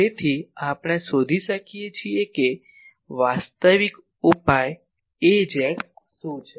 તેથી આપણે હવે શોધી શકીએ કે વાસ્તવિક ઉપાય Az એ શું છે